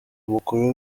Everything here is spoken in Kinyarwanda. mukuru